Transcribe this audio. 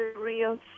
real